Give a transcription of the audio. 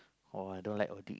oh I don't like audit